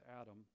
Adam